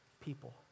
people